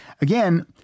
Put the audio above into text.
again